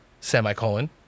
semicolon